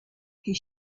his